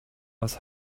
was